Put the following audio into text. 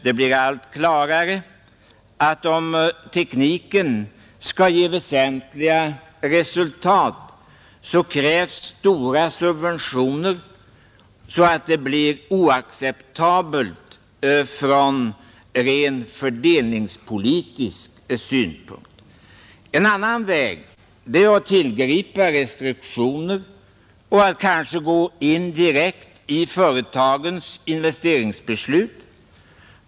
Det blir allt klarare att om tekniken skall ge väsentliga resultat, så krävs så stora subventioner att det är oacceptabelt från rent fördelningspolitisk synpunkt. Den andra vägen man kan gå är att tillgripa restriktioner och att kanske gå in direkt i företagens investeringsbeslut.